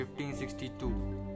1562